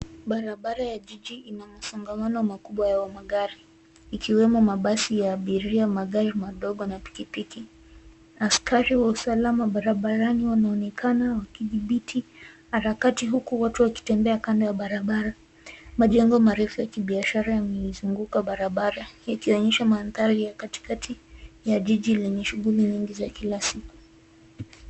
Barabara ya jiji ina msongamano makubwa wa magari, ikiwemo mabasi ya abiria, magari madogo na pikipiki. Askari wa usalama barabarani wanaonekana wakidhibiti harakati huku watu wakitembea kando ya barabara. Majengo marefu ya kibiashara yameizunguka barabara, ikionyesha mandhari ya katikati, ya jiji lenye shughuli nyingi za kila siku.